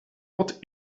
what